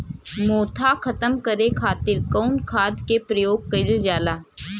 मोथा खत्म करे खातीर कउन खाद के प्रयोग कइल जाला?